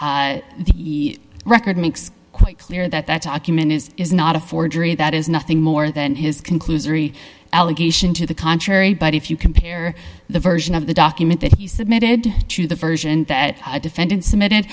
the record makes quite clear that that document is is not a forgery that is nothing more than his conclusory allegation to the contrary but if you compare the version of the document that he submitted to the version that the defendant submitted